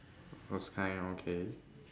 those kind okay